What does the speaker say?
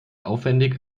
aufwendig